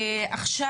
עכשיו,